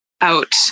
out